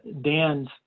Dan's